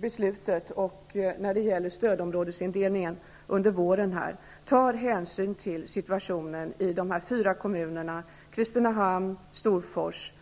förslaget om stödområdesindelningen tar hänsyn till situationen i dessa fyra kommuner, Kristinehamn, Storfors,